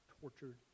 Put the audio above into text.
tortured